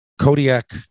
Kodiak